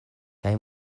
kaj